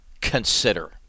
consider